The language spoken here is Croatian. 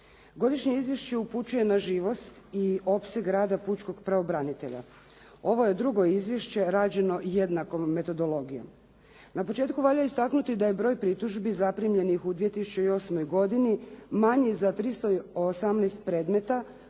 Godišnje izvješće upućuje na živost i opseg rada pučkog pravobranitelja. Ovo je drugo izvješće rađeno jednakom metodologijom. Na početku valja istaknuti da je broj pritužbi zaprimljenih u 2008. godini manji za 318 predmeta,